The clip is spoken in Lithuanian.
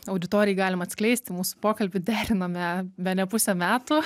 auditorijai galim atskleisti mūsų pokalbį derinome bene pusę metų